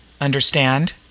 Understand